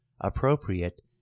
appropriate